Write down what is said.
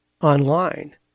online